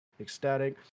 ecstatic